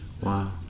Wow